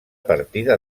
partida